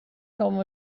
com